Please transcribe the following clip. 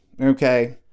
okay